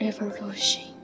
revolution